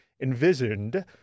envisioned